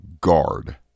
guard